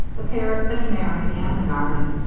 the parrot, the canary, and the garden,